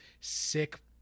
sick